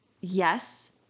yes